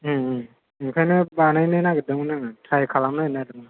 ओंखायनो बानायनो नागिरदोंमोन आङो ट्राइ खालामनायनो नागिरदोंमोन आं